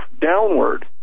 downward